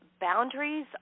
Boundaries